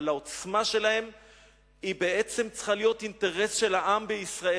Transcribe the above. אבל העוצמה שלהם צריכה להיות אינטרס של העם בישראל.